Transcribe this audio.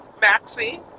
Maxie